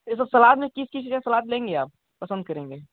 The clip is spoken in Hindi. ये तो सलाद में किस चीज का सलाद लेंगी आप पसंद करेंगे